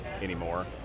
anymore